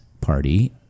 party